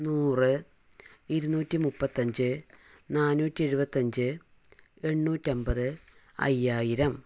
നൂറ് ഇരുന്നൂറ്റി മുപ്പത്തഞ്ച് നാനൂറ്റി എഴുപത്തഞ്ച് എണ്ണൂറ്റി അമ്പത് അയ്യായിരം